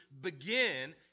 begin